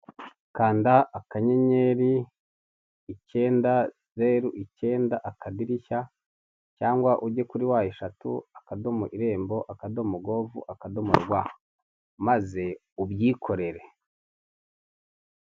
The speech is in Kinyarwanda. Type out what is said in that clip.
Kanda akanyeri icyenda zeru icyenda akadirishya cyangwa ujye kuri wa eshatu akadomo, irembo akadomo govu, akadomo rwa maze ubyikorere.